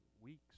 weeks